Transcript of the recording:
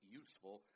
useful